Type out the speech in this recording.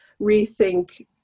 rethink